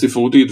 הספרותית,